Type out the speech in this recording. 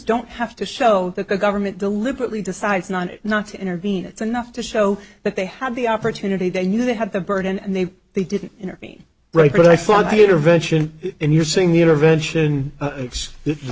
don't have to show that the government deliberately decided not to intervene it's enough to show that they had the opportunity they knew they had the burden and they they didn't intervene right but i saw the intervention and you're seeing th